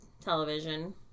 television